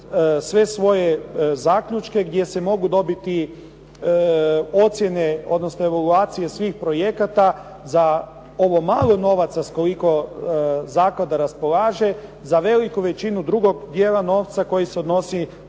sve svoje zaključke gdje se mogu dobiti ocjene, odnosno evaluacije svih projekata za ovo malo novaca s koliko zaklada raspolaže za veliku veličinu drugog dijela novca koji se odnosi,